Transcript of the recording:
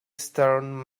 stern